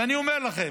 ואני אומר לכם,